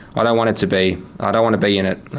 i don't want it to be. i don't want to be in it.